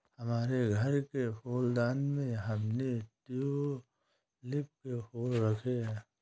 हमारे घर के फूलदान में हमने ट्यूलिप के फूल रखे हैं